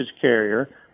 carrier